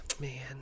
man